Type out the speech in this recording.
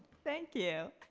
thank you.